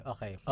Okay